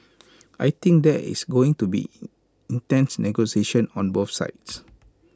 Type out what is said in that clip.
I think there is going to be intense negotiations on both sides